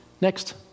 Next